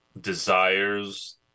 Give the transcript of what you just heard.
desires